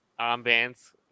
armbands